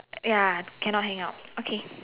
ya cannot hang up okay